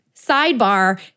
sidebar